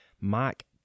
Mike